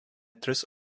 tris